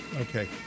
Okay